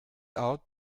out